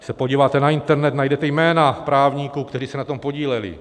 Když se podíváte na internet, najdete jména právníků, kteří se na tom podíleli.